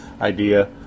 idea